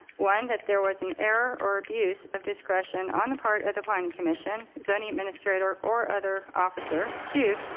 one that there was an error or abuse of discretion on the part of the planning commission, zoning administrator, or other officer too.